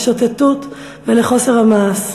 לשוטטות ולחוסר המעשה.